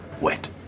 wet